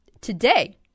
today